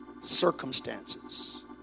circumstances